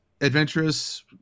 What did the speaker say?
adventurous